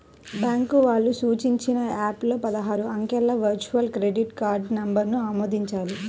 bank వాళ్ళు సూచించిన app లో పదహారు అంకెల వర్చువల్ క్రెడిట్ కార్డ్ నంబర్ను ఆమోదించాలి